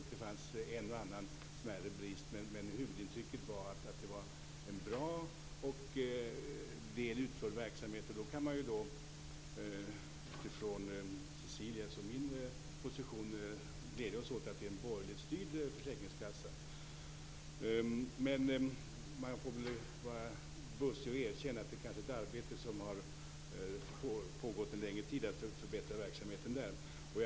Det fanns en och annan smärre brist. Men huvudintrycket var att det var en bra och väl utförd verksamhet. Då kan vi utifrån Cecilias och min position glädja oss åt att det är en borgerligt styrd försäkringskassa. Men man får väl vara bussig att erkänna att ett arbete med att förbättra verksamheten där har pågått en längre tid.